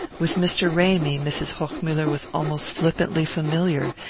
with mr. ramy mrs. hochmuller was almost flippantly familiar,